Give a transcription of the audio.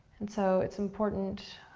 and so it's important,